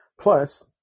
Plus